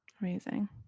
Amazing